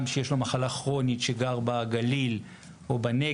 שיש לו מחלה כרונית שגר בגליל ובנגב,